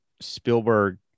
Spielberg